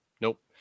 Nope